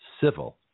civil